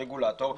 הרגולטור,